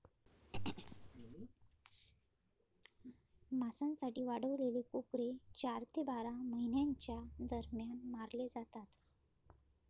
मांसासाठी वाढवलेले कोकरे चार ते बारा महिन्यांच्या दरम्यान मारले जातात